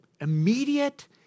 immediate